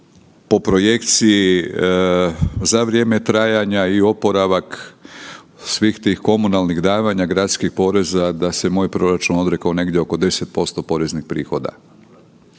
po projekciji za vrijeme trajanja i oporavak svih tih komunalnih davanja gradskih poreza da se moj proračun odrekao negdje oko 10% poreznih prihoda.